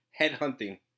headhunting